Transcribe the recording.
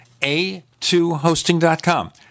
a2hosting.com